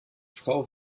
frau